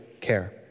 care